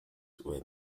were